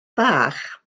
bach